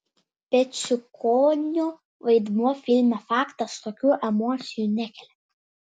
peciukonio vaidmuo filme faktas tokių emocijų nekelia